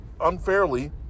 unfairly